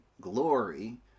glory